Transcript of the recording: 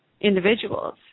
individuals